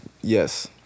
Yes